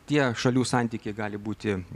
tie šalių santykiai gali būti